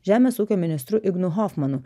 žemės ūkio ministru ignu hofmanu